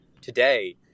today